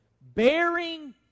bearing